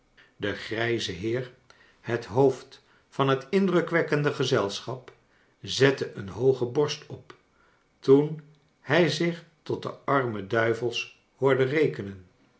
de grijze heer het hoofd van het indrukwekkende gezelsehap zette eon hooge borst op toen liij zich tot de arme duivels hoorde rekenen